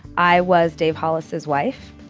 i was dave hollis, his wife.